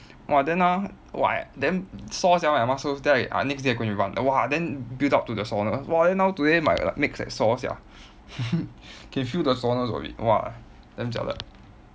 !wah! then ah !wah! damn sore sia my muscles then I I next day I couldn't run !wah! then build up to the soreness !wah! then now today my legs like sore sia can feel the soreness of it !wah! damn jialat